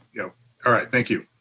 yeah all right, thank you.